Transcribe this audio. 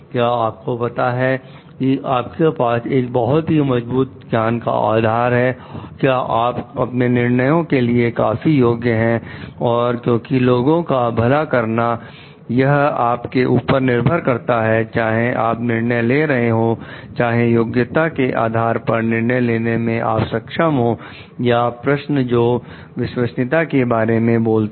क्या आपको पता है कि आपके पास एक बहुत ही मजबूत ज्ञान का आधार है क्या आप अपने निर्णयो के लिए काफी योग्य हैं और क्योंकि लोगों का भला करना यह आपके ऊपर निर्भर करता है चाहे आप निर्णय ले रहे हो चाहे योग्यता के आधार पर निर्णय लेने में आप सक्षम हो या प्रश्न जो विश्वसनीयता के बारे में बोलते हो